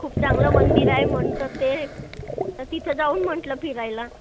खूप चांगलं मंदिर आहे म्हणतात ते तर तिथं जाऊ म्हटलं फिरायला